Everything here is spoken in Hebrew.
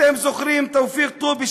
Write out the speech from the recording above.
אתם זוכרים את תופיק טובי,